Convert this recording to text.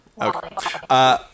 Okay